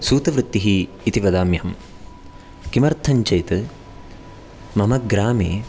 सूतवृत्तिः इति वदाम्यहं किमर्थं चेत् मम ग्रामे